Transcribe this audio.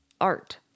art